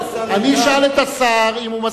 אני אשאל את השר אם הוא מסכים.